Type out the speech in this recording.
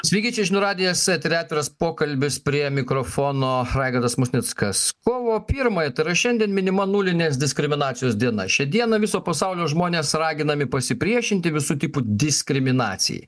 sveiki čia žinių radijas etery atviras pokalbis prie mikrofono raigardas musnickas kovo pirmąją tai yra šiandien minima nulinės diskriminacijos diena šią dieną viso pasaulio žmonės raginami pasipriešinti visų tipų diskriminacijai